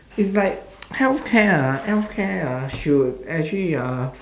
is like healthcare ah healthcare ah should actually ah